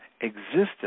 existence